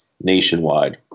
nationwide